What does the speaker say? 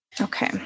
Okay